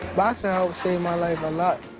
boxing helped save my life a lot.